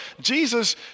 Jesus